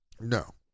No